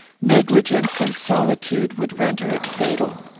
negligence and solitude would render it fatal.